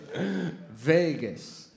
Vegas